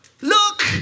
Look